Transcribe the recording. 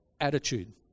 attitude